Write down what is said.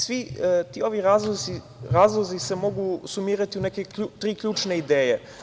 Svi ovi razlozi se mogu sumirati u neke tri ključne ideje.